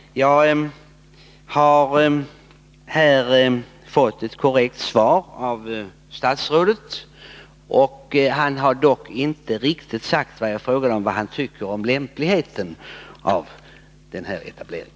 Jag har fått ett korrekt svar av statsrådet. Han har dock inte riktigt svarat på vad han tycker om lämpligheten av denna etablering.